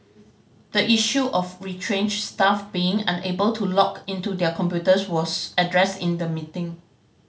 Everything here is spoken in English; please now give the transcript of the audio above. the issue of retrenched staff being unable to log into their computers was addressed in the meeting